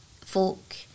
folk